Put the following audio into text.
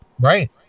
right